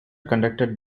conducted